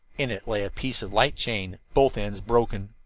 in it lay a piece of light chain, both ends broken.